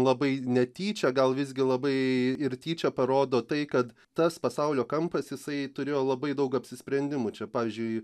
labai netyčia gal visgi labai ir tyčia parodo tai kad tas pasaulio kampas jisai turėjo labai daug apsisprendimų čia pavyzdžiui